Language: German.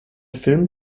film